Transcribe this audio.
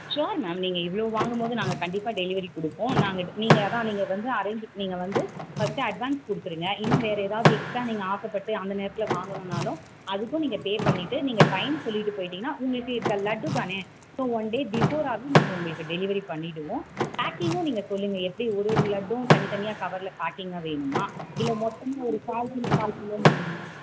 sure ma'am நீங்கள் இவ்வளோ வாங்கும்போது நாங்கள் கண்டிப்பாக டெலிவரி கொடுப்போம் நாங்கள் நீங்கள் அதுதான் நீங்கள் வந்து அரேஞ்ச் நீங்கள் வந்து ஃபஸ்ட்டு அட்வான்ஸ் கொடுத்துருங்க இன்னும் வேறு ஏதாவது எக்ஸ்ட்ரா நீங்கள் ஆசைப்பட்டு அந்த நேரத்தில் வாங்கணுன்னாலும் அதுக்கும் நீங்கள் பே பண்ணிவிட்டு நீங்கள் டைம் சொல்லிவிட்டு போய்விட்டிங்கன்னா உங்களுக்கு இந்த லட்டுதானே ஸோ ஒன் டே பிஃபோராகவே நாங்கள் உங்களுக்கு டெலிவரி பண்ணிவிடுவோம் பேக்கிங்கும் நீங்கள் சொல்லுங்க எப்படி ஒரு ஒரு லட்டும் தனித்தனியாக கவரில் பேக்கிங்காக வேணுமா இல்லை மொத்தமாக ஒரு கால் கிலோ கால் கிலோன்னு வேணுமா